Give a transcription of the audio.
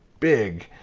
big,